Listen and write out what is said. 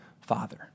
father